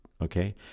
Okay